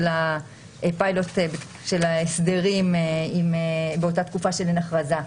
הפיילוט של ההסדרים באותה תקופה שאין הכרזה.